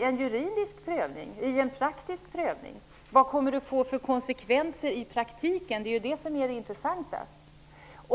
en juridisk och praktisk prövning mot Maastrichtavtalet. Vad kommer det att få för konsekvenser i praktiken? Det är ju det intressanta.